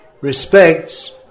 respects